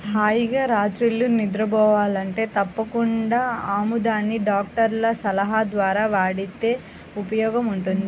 హాయిగా రాత్రిళ్ళు నిద్రబోవాలంటే తప్పకుండా ఆముదాన్ని డాక్టర్ల సలహా ద్వారా వాడితే ఉపయోగముంటది